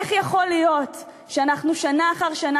איך יכול להיות שאנחנו שנה אחר שנה